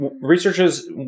researchers